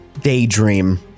daydream